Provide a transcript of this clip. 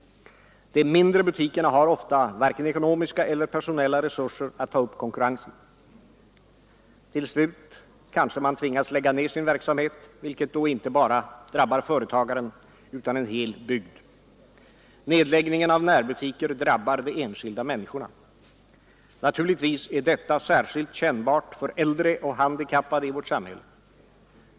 De mindre butikerna har ofta varken ekonomiska eller personella resurser att ta upp konkurrensen. Till slut kanske man tvingas lägga ned sin verksamhet, vilket då inte bara drabbar företagaren utan en hel bygd. Nedläggningen av närbutiker drabbar de enskilda människorna, men naturligtvis är den särskilt kännbar för äldre och handikappade i vårt samhälle.